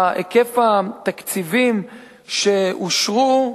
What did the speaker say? היקף התקציבים שאושרו,